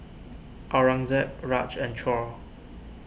Aurangzeb Raj and Choor